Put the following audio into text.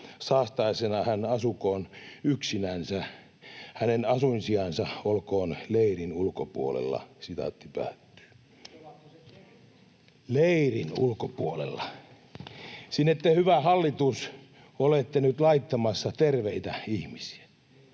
saastaisena hän asukoon yksinänsä, hänen asuinsijansa olkoon leirin ulkopuolella.” Leirin ulkopuolella — sinne te, hyvä hallitus, olette nyt laittamassa terveitä ihmisiä,